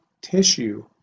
tissue